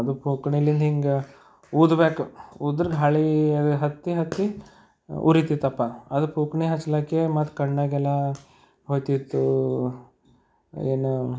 ಅದು ಪುಕಣಿಯಿಂದ ಹಿಂಗೆ ಊದಬೇಕು ಊದ್ರೆ ಗಾಳಿ ಅದು ಹತ್ತಿ ಹತ್ತಿ ಉರಿತಿತ್ತಪ್ಪ ಅದು ಪುಕಣಿ ಹಚ್ಲಿಕ್ಕೆ ಮತ್ತು ಕಣ್ಣಾಗೆಲ್ಲ ಹೋಗ್ತಿತ್ತು ಏನು